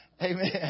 Amen